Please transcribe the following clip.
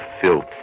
filth